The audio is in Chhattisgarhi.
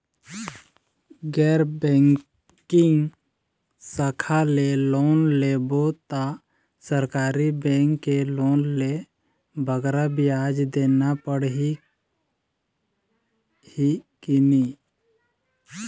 गैर बैंकिंग शाखा ले लोन लेबो ता सरकारी बैंक के लोन ले बगरा ब्याज देना पड़ही ही कि नहीं?